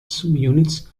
subunits